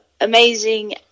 amazing